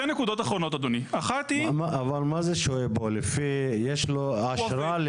כי ככה ישראל אמרה.